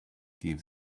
gave